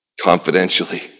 confidentially